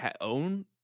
own